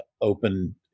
open